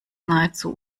nahezu